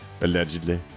Allegedly